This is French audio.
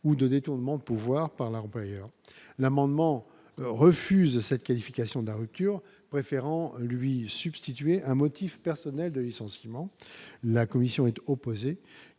ou de détournement pouvoir par leur bailleur, l'amendement cette qualification de la rupture, préférant lui substituer un motif personnel de licenciements, la commission est opposé